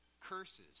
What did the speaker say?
curses